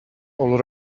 all